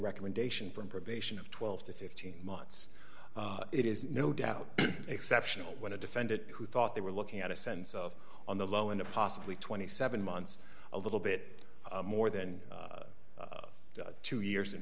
recommendation from probation of twelve to fifteen months it is no doubt exceptional when a defendant who thought they were looking at a sense of on the low end of possibly twenty seven months a little bit more than two years in